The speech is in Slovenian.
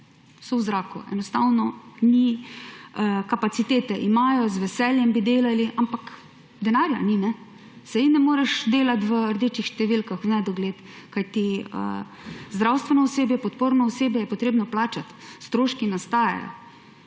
so v zraku. Enostavno ni kapacitete. Z veseljem bi delali, ampak denarja ni. Saj ne moreš delati v rdečih številkah v nedogled, kajti zdravstveno osebje, podporno osebje je treba plačati. Stroški nastajajo.